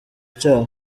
cyabo